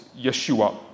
Yeshua